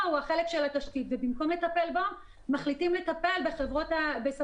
הוא החלק של התשתית ובמקום לטפל בו - מחליטים לטפל בספקיות